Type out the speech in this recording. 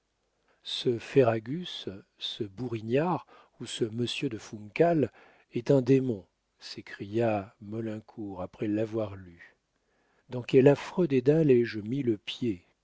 ce ferragus ce bourignard ou ce monsieur de funcal est un démon s'écria maulincour après l'avoir lue dans quel affreux dédale ai-je mis le pied